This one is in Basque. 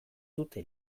dute